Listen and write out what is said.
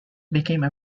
became